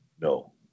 No